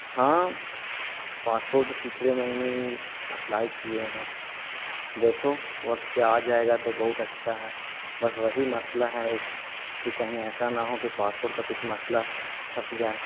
ہاں پاسپورٹ پچھلے مہینے ہی اپلائی کیے ہیں دیکھو وقت پہ آ جائے گا تو بہت اچھا ہے بس وہی مسئلہ ہے ایک کہ کہیں ایسا نہ ہو کہ پاسپورٹ کا کچھ مسئلہ پھنس جائے